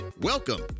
Welcome